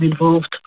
involved